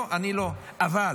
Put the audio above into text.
לא, אני לא, אבל